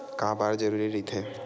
का बार जरूरी रहि थे?